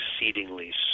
exceedingly